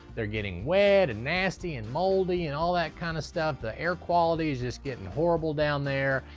they're getting wet and nasty and moldy and all that kind of stuff. the air quality's just getting horrible down there,